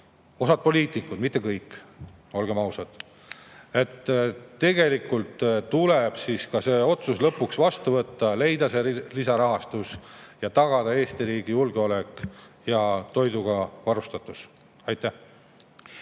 osa poliitikuid – mitte kõik, olgem ausad. Tegelikult tuleb see otsus lõpuks vastu võtta, tuleb leida lisarahastus ning tagada Eesti riigi julgeolek ja toiduga varustatus. Aitäh!